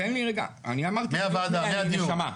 מהוועדה, מהדיון.